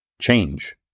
change